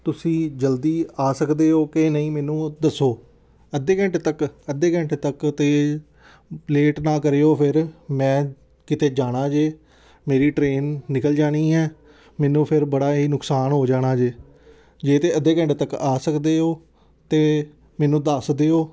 ਤੁਸੀਂ ਜਲਦੀ ਆ ਸਕਦੇ ਹੋ ਕਿ ਨਹੀਂ ਮੈਨੂੰ ਉਹ ਦੱਸੋ ਅੱਧੇ ਘੰਟੇ ਤੱਕ ਅੱਧੇ ਘੰਟੇ ਤੱਕ ਤਾਂ ਲੇਟ ਨਾ ਕਰਿਓ ਫਿਰ ਮੈਂ ਕਿਤੇ ਜਾਣਾ ਜੇ ਮੇਰੀ ਟਰੇਨ ਨਿਕਲ ਜਾਣੀ ਹੈ ਮੈਨੂੰ ਫਿਰ ਬੜਾ ਹੀ ਨੁਕਸਾਨ ਹੋ ਜਾਣਾ ਜੇ ਜੇ ਤਾਂ ਅੱਧੇ ਘੰਟੇ ਤੱਕ ਆ ਸਕਦੇ ਹੋ ਤਾਂ ਮੈਨੂੰ ਦੱਸ ਦਿਓ